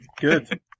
Good